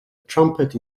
trumpet